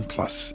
Plus